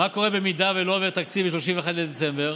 מה קורה אם לא עובר תקציב ב-31 בדצמבר?